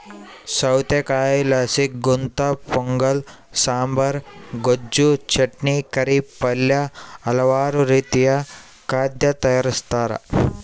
ಸೌತೆಕಾಯಿಲಾಸಿ ಗುಂತಪೊಂಗಲ ಸಾಂಬಾರ್, ಗೊಜ್ಜು, ಚಟ್ನಿ, ಕರಿ, ಪಲ್ಯ ಹಲವಾರು ರೀತಿಯ ಖಾದ್ಯ ತಯಾರಿಸ್ತಾರ